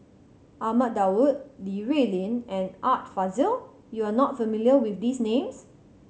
Ahmad Daud Li Rulin and Art Fazil you are not familiar with these names